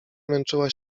męczyła